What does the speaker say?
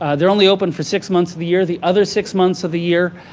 ah they're only open for six months of the year. the other six months of the year,